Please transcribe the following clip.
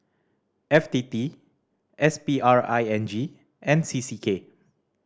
F T T S P R I N G and C C K